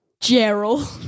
Gerald